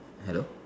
hello